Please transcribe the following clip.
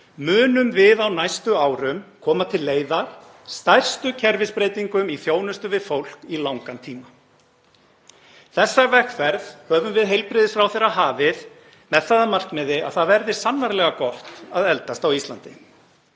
munum við á næstu árum koma til leiðar stærstu kerfisbreytingum í þjónustu við fólk í langan tíma. Þessa vegferð höfum við heilbrigðisráðherra hafið með það að markmiði að það verði sannarlega gott að eldast á Íslandi.